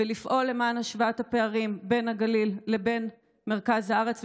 ולפעול למען השוואת הפערים בין הגליל לבין מרכז הארץ,